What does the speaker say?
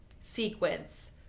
sequence